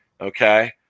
Okay